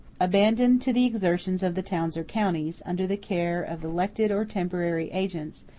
abandoned to the exertions of the towns or counties, under the care of elected or temporary agents,